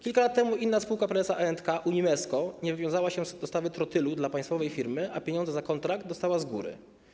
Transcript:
Kilka lat temu inna spółka prezesa E&K, Unimesko, nie wywiązała się z dostawy trotylu dla państwowej firmy, a pieniądze za kontrakt dostała z góry.